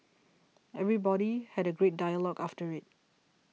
everybody had a great dialogue after it